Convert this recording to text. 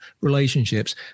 relationships